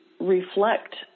reflect